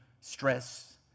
stress